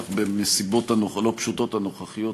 בטח בנסיבות הלא-פשוטות הנוכחיות,